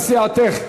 סיעתך.